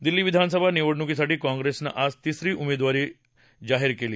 दिल्ली विधानसभा निवडणुकीसाठी कॉंग्रेसनं आज तिसरी उमेदवारी यादी जाहीर केली